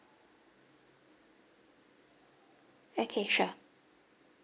okay sure